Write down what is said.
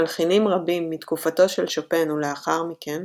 מלחינים רבים, מתקופתו של שופן ולאחר מכן,